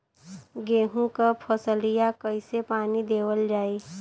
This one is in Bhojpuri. गेहूँक फसलिया कईसे पानी देवल जाई?